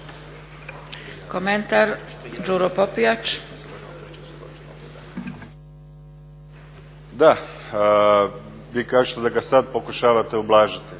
**Popijač, Đuro (HDZ)** Da, vi kažete da ga sad pokušavate ublažiti,